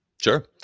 Sure